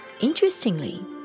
Interestingly